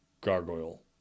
gargoyle